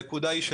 הנקודה היא,